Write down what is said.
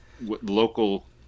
local